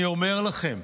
אני אומר לכם,